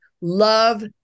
love